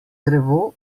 drevo